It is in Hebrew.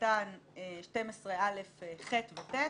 קטן 12א(1)(ח) ו-12א(1)(ט).